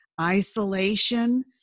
isolation